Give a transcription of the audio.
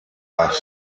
asked